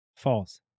False